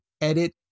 edit